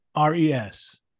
Res